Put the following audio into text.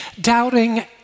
Doubting